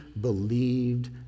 believed